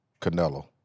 Canelo